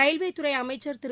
ரயில்வேதுறைஅமைச்சா் திரு